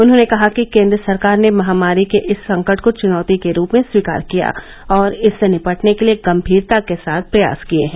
उन्होंने कहा कि केन्द्र सरकार ने महामारी के इस संकट को चुनौती के रूप में स्वीकार किया और इससे निपटने के लिये गम्मीरता के साथ प्रयास किये हैं